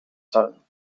sollen